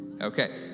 Okay